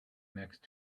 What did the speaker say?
next